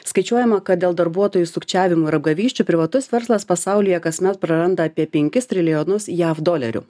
skaičiuojama kad dėl darbuotojų sukčiavimo ir apgavysčių privatus verslas pasaulyje kasmet praranda apie penkis trilijonus jav dolerių